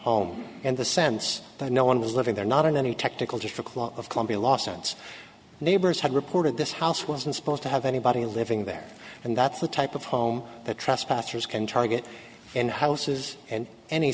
home and the sense that no one was living there not in any technical just for clause of columbia law sense neighbors had reported this house wasn't supposed to have anybody living there and that's the type of home the trespassers can target and houses and any